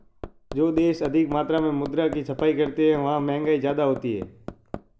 जो देश अधिक मात्रा में मुद्रा की छपाई करते हैं वहां महंगाई ज्यादा होती है